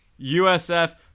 USF